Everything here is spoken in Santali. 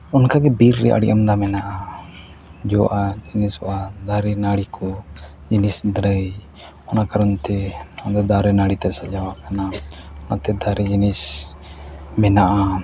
ᱚᱱᱠᱟᱜᱮ ᱵᱤᱨ ᱨᱮ ᱟᱹᱰᱤ ᱟᱢᱫᱟ ᱢᱮᱱᱟᱜᱼᱟ ᱡᱚᱜᱼᱟ ᱡᱤᱱᱤᱥᱚᱜᱼᱟ ᱫᱟᱨᱮ ᱱᱟᱹᱲᱤ ᱠᱚ ᱡᱤᱱᱤᱥ ᱫᱟᱨᱮ ᱚᱱᱟ ᱠᱟᱨᱚᱱᱛᱮ ᱚᱱᱟ ᱫᱚ ᱫᱟᱨᱮ ᱱᱟᱹᱲᱤᱛᱮ ᱥᱟᱡᱟᱣ ᱟᱠᱟᱱᱟ ᱚᱱᱟᱛᱮ ᱫᱟᱨᱮ ᱡᱤᱱᱤᱥ ᱵᱮᱱᱟᱜᱼᱟ